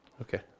Okay